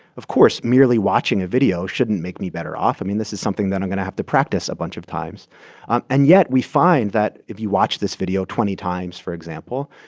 of course, merely watching a video shouldn't make me better off. i mean, this is something that i'm going to have to practice a bunch of times um and yet, we find that if you watch this video twenty times, for example,